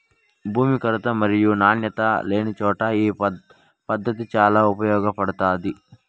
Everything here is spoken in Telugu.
భూమి కొరత మరియు నాణ్యత లేనిచోట ఈ పద్దతి చాలా ఉపయోగపడుతాది